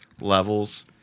Levels